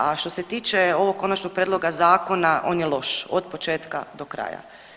A što se tiče ovog Konačnog prijedloga zakona on je loš od početka do kraja.